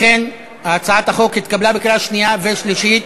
לכן הצעת החוק התקבלה בקריאה שנייה ושלישית.